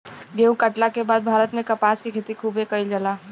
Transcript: गेहुं काटला के बाद भारत में कपास के खेती खूबे कईल जाला